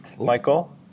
Michael